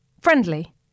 friendly